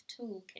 toolkit